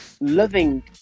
loving